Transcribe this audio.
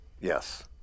Yes